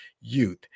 youth